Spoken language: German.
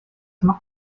macht